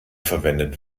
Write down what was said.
verwendet